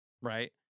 right